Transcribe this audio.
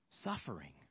suffering